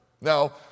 Now